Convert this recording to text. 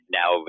now